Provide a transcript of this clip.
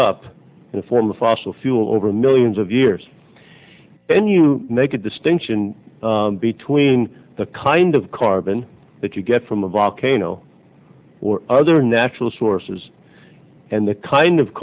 the form of fossil fuel over millions of years then you make a distinction between the kind of carbon that you get from a volcano or other natural sources and the kind of